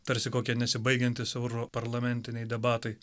tarsi kokia nesibaigiantys euro parlamentiniai debatai